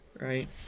Right